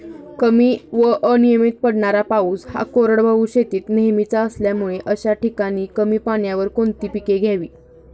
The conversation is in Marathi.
कमी व अनियमित पडणारा पाऊस हा कोरडवाहू शेतीत नेहमीचा असल्यामुळे अशा ठिकाणी कमी पाण्यावर कोणती पिके घ्यावी?